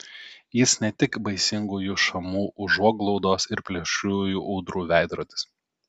jis ne tik baisingųjų šamų užuoglaudos ir plėšriųjų ūdrų veidrodis